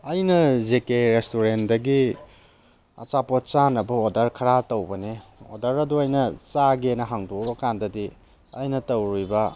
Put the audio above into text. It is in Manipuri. ꯑꯩꯅ ꯖꯦ ꯀꯦ ꯔꯦꯁꯇꯨꯔꯦꯟꯗꯒꯤ ꯑꯆꯥꯄꯣꯠ ꯆꯥꯅꯕ ꯑꯣꯔꯗꯔ ꯈꯔ ꯇꯧꯕꯅꯤ ꯑꯣꯔꯗꯔ ꯑꯗꯨ ꯑꯩꯅ ꯆꯥꯒꯦꯅ ꯍꯥꯡꯗꯣꯛꯎꯔꯀꯥꯟꯗꯗꯤ ꯑꯩꯅ ꯇꯧꯔꯨꯔꯤꯕ